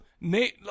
Nate